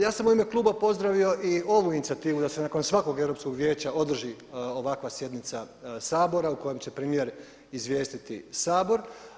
Ja sam u ime kluba pozdravio i ovu inicijativu da se nakon svakog Europskog vijeća održi ovakva sjednica Sabora u kojoj će premijer izvijestiti Sabor.